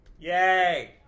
Yay